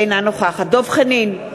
אינה נוכחת דב חנין,